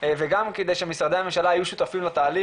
וגם כדי שמשרדי הממשלה יהיו שותפים לתהליך.